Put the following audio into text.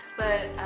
but,